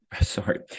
sorry